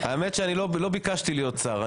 האמת, לא ביקשתי להיות שר.